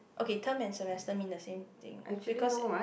okay term and semester mean the same thing because